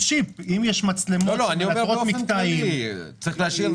במסגרת שקיפות המידע שלנו באינטרנט ב-GOV.IL ואפשר להוריד את זה,